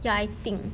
ya I think